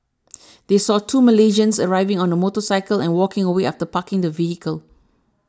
they saw two Malaysians arriving on a motorcycle and walking away after parking the vehicle